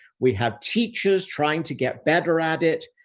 we have teachers trying to get better at it.